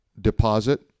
deposit